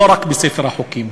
לא רק בספר החוקים,